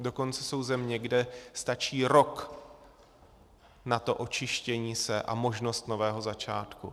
Dokonce jsou země, kde stačí rok na to očištění se a možnost nového začátku.